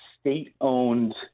state-owned